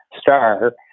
star